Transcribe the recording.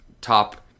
top